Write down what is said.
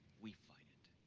we fight it.